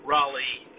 Raleigh